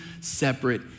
separate